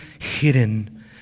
hidden